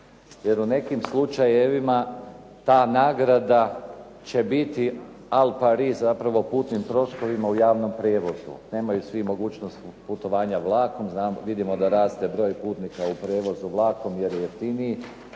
Jer u nekim slučajevima ta nagrada će biti al pari zapravo putnim troškovima u javnom prijevozu. Nemaju svi mogućnost putovanja vlakom. Vidimo da raste broj putnika u prijevozu vlakom jer je jeftiniji.